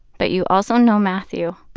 but you also know mathew.